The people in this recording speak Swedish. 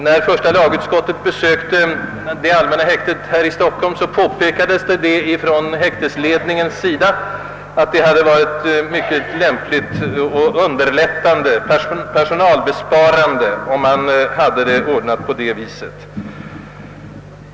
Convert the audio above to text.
När första lagutskottet i samband med motionens behandling besökte det allmänna häktet här i Stockholm påpekades från häktesledningens sida, att det vore mycket lämpligt, allmänt underlättande och personalbesparande, om man haft det så ordnat; man har flera gånger framfört önskemål i antydda riktning.